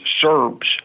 Serbs